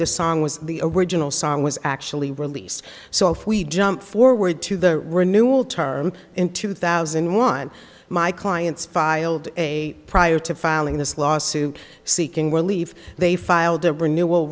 the song was the original song was actually released so if we jump forward to the renewal term in two thousand and one my clients filed a prior to filing this lawsuit seeking relief they filed a renewal